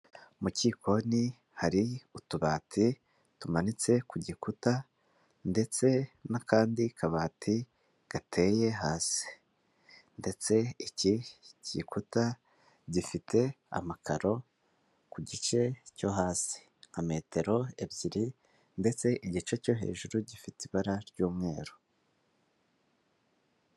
Mu kikoni hari utubati tumanitse ku gikuta ndetse n'akandi kabati gateye hasi ndetse iki gikuta gifite amakaro ku gice cyo hasi nka metero ebyiri ndetse igice cyo hejuru gifite ibara ry'umweru.